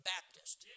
Baptist